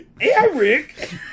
Eric